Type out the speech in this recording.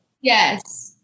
Yes